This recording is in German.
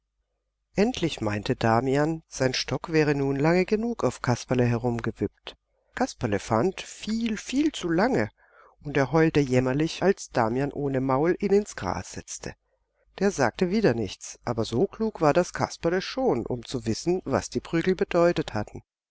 endlich meinte damian sein stock wäre nun lange genug auf kasperle herumgewippt kasperle fand viel viel zu lange und er heulte jämmerlich als damian ohne maul ihn ins gras setzte der sagte wieder nichts aber so klug war das kasperle schon um zu wissen was die prügel bedeutet hatten